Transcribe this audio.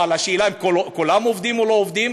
אבל השאלה, האם כולם עובדים או לא עובדים?